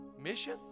mission